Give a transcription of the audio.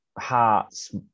Hearts